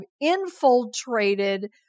infiltrated